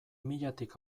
milatik